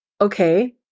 okay